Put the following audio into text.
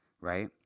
right